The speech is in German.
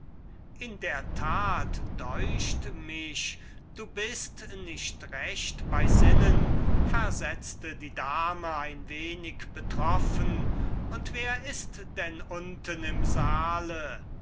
in der tat deucht mich du bist nicht recht bei sinnen sagte die dame ein wenig betroffen und wer ist denn unten im saal